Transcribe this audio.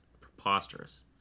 preposterous